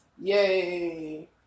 Yay